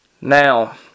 now